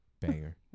banger